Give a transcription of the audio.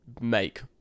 make